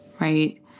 right